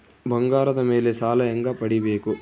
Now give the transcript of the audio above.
ಬಂಗಾರದ ಮೇಲೆ ಸಾಲ ಹೆಂಗ ಪಡಿಬೇಕು?